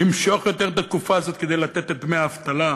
למשוך יותר את התקופה הזאת כדי לתת את דמי האבטלה?